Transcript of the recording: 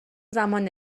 زمان